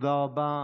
תודה רבה.